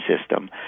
system